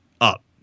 up